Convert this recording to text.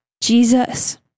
Jesus